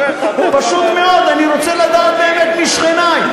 פשוט מאוד אני רוצה לדעת באמת מי שכני.